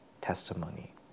testimony